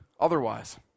Otherwise